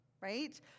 right